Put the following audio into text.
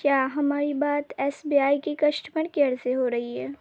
کیا ہماری بات ایس بی آئی کی کشٹمر کیئر سے ہو رہی ہے